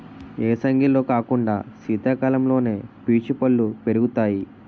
ఏసంగిలో కాకుండా సీతకాలంలోనే పీచు పల్లు పెరుగుతాయి